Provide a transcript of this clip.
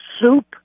soup